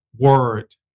word